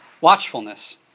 watchfulness